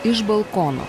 iš balkono